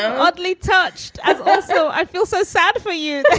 um hardly touched. ah ah so i feel so sad for you